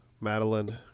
Madeline